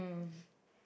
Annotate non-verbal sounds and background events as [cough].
[breath]